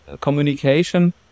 communication